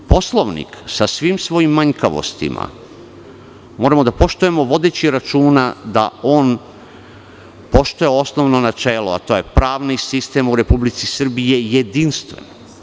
Poslovnik, sa svim svojim manjkavostima, moramo da poštujemo vodeći računa da on poštuje osnovno načelo, a to je da je pravni sistem u Republici Srbiji jedinstven.